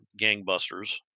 gangbusters